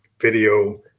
video